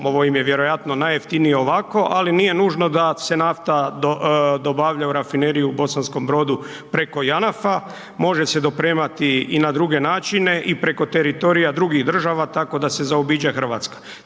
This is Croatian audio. ovo im je vjerojatno najjeftinije ovako, ali nije nužno da se nafta dobavlja u rafineriju u Bosanskom Brodu preko JANAF-a, može se dopremati i na druge načine i preko teritorija drugih država, tako da se zaobiđe RH.